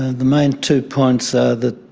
the main two points are that